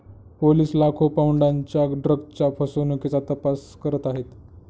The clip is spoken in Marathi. पोलिस लाखो पौंडांच्या ड्रग्जच्या फसवणुकीचा तपास करत आहेत